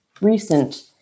recent